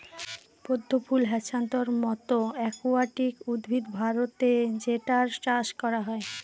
পদ্ম ফুল হ্যাছান্থর মতো একুয়াটিক উদ্ভিদ ভারতে যেটার চাষ করা হয়